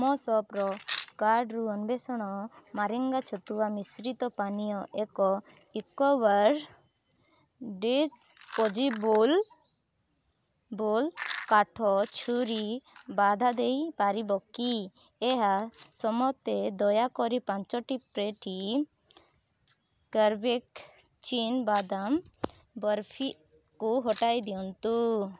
ମୋ ସପ୍ର କାର୍ଡ଼ରୁ ଅନ୍ଵେଷଣ ମାରିଙ୍ଗା ଛତୁଆ ମିଶ୍ରିତ ପାନୀୟ ଏକ ଇକୋୱାର୍ ଡିସ୍ ପୋଜିବୁଲ୍ ବୁଲ୍ କାଠ ଛୁରୀ ବାଧା ଦେଇପାରିବ କି ଏହା ସମତେ ଦୟାକରି ପାଞ୍ଚଟି ପେଟି କାର୍ଭିକ ଚୀନବାଦାମ୍ ବର୍ଫିକୁ ହଟାଇ ଦିଅନ୍ତୁ